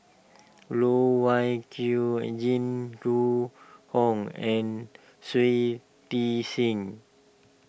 Loh Wai Kiew Jing Jun Hong and Shui Tit Sing